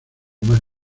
más